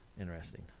Interesting